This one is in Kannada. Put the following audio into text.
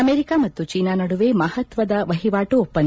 ಅಮೆರಿಕ ಮತ್ತು ಚೀನಾ ನಡುವೆ ಮಹತ್ವದ ವಹಿವಾಟು ಒಪ್ಪಂದ